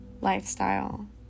lifestyle